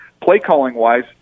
play-calling-wise